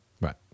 Right